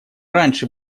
раньше